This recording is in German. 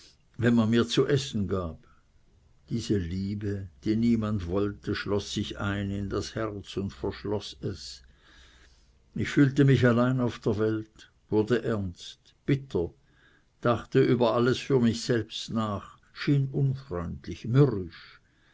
wenn man mir zu essen gab diese liebe die niemand wollte schloß sich ein in das herz und verschloß es ich fühlte mich allein auf der welt wurde ernst bitter dachte über alles für mich selbst nach schien unfreundlich mürrisch